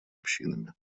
общинами